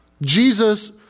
Jesus